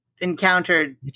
encountered